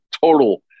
total